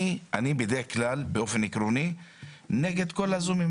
אני בדרך כלל ובאופן עקרוני נגד ה-זום.